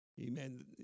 amen